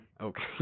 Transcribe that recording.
okay